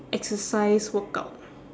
exercise workout